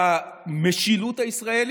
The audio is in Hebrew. במשילות הישראלית.